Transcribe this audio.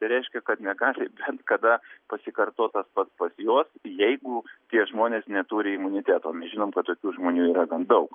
tai reiškia kad negali bent kada pasikartot tas pats pas juos jeigu tie žmonės neturi imuniteto mes žinom kad tokių žmonių yra gan daug